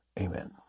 Amen